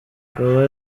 akaba